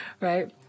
right